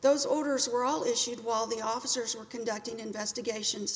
those orders were all issued while the officers were conducting investigations